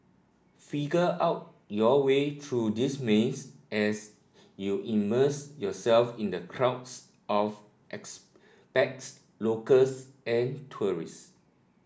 figure out your way true this maze as you immerse yourself in the crowds of expats locals and tourists